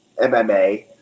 MMA